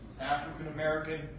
African-American